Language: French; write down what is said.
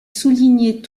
soulignait